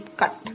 cut